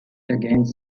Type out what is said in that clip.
against